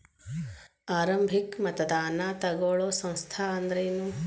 ಆರಂಭಿಕ್ ಮತದಾನಾ ತಗೋಳೋ ಸಂಸ್ಥಾ ಅಂದ್ರೇನು?